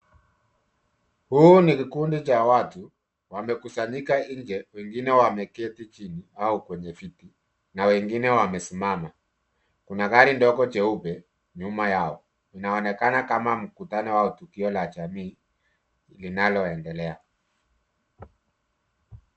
Huu ni kikundi cha watu wamekusanyika nje wengine wameketi chini au kwenye viti na wengine wamesimama. Kuna gari ndogo jeupe nyuma yao. Inaonekana kama mkutano au tukio la jamii linaloendelea.